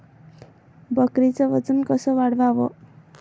बकरीचं वजन कस वाढवाव?